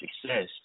success